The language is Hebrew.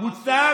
מנסור עבאס,